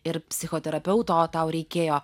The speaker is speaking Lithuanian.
ir psichoterapeuto tau reikėjo